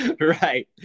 Right